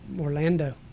Orlando